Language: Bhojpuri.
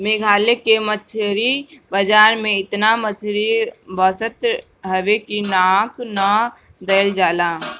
मेघालय के मछरी बाजार में एतना मछरी बसात हवे की नाक ना धइल जाला